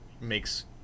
makes